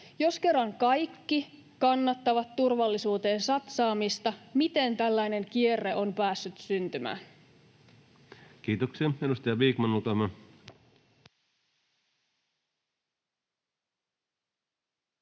Jos kerran kaikki kannattavat turvallisuuteen satsaamista, miten tällainen kierre on päässyt syntymään? [Speech 110] Speaker: